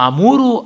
Amuru